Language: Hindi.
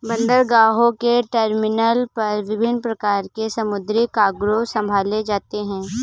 बंदरगाहों के टर्मिनल पर विभिन्न प्रकार के समुद्री कार्गो संभाले जाते हैं